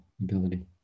ability